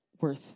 worth